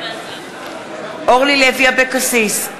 אבקסיס,